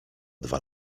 dwa